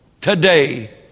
today